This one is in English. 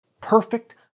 perfect